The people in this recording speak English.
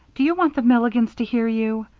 do you want the milligans to hear you?